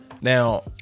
now